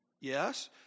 Yes